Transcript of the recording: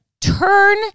turn